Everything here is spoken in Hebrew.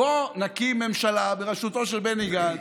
בוא נקים ממשלה בראשותו של בני גנץ,